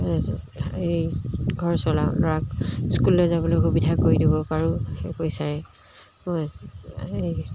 এই ঘৰ চলাওঁ ল'ৰাক স্কুললৈ যাবলৈ সুবিধা কৰি দিব পাৰোঁ সেই পইচাৰে মই এই